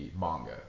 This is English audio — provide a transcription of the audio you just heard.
manga